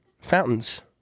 fountains